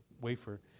wafer